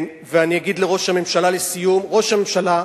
ואני אגיד לראש הממשלה לסיום: ראש הממשלה,